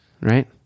right